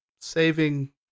saving